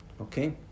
Okay